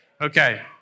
Okay